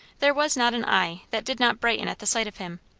there was not an eye that did not brighten at the sight of him,